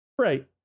right